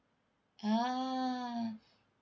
ah